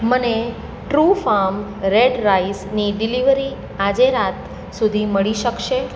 મને TrueFarm red રાઈસની delivery આજે રાત સુધી મળી શકશે